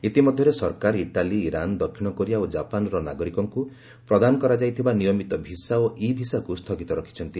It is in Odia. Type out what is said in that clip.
ଇତିମଧ୍ୟରେ ସରକାର ଇଟାଲୀ ଇରାନ ଦକ୍ଷିଣ କୋରିଆ ଓ ଜାପାନର ନାଗରିକଙ୍କୁ ପ୍ରଦାନ କରାଯାଇଥିବା ନିୟମିତ ଭିସା ଓ ଇ ଭିସାକୁ ସ୍ଥଗିତ ରଖିଛନ୍ତି